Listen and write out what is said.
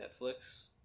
Netflix